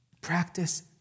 Practice